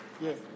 yes